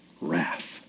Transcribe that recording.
wrath